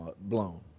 blown